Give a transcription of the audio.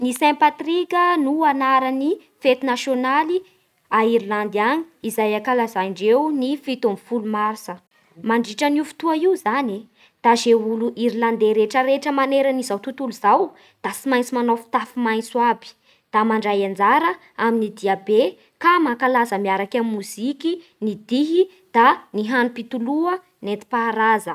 Ny saint Patrick no anaran'ny fety nasionaly a Irlandy any izay ankalazandreo ny fito ambinifolo martsa. Mandritran'io fotoa io zany da ze olo Irlande rehetraretra maneran'izao tontolo izao da tsy maintsy manao fitafy maintso aby Da mandray anjara amin'ny dia be ka mankalaza miaraky amin'ny moziky, ny dihy da ny hanim-pitoloha nentim-paharaza